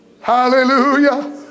Hallelujah